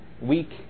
week